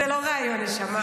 זה לא ריאיון, נשמה.